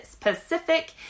Pacific